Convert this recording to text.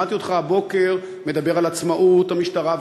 שמעתי אותך הבוקר מדבר על עצמאות המשטרה,